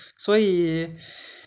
所以